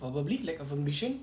probably lack of ambition